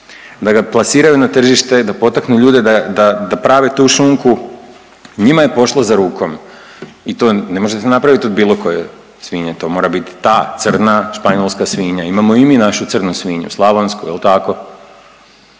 da ga plasiraju na tržište, da potaknu ljude da, da, da prave tu šunku, njima je pošlo za rukom i to ne može se napravit od bilo koje svinje, to mora biti ta crna španjolska svinja. Imamo i mi našu crnu svinju, slavonsku, jel tako,